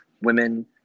women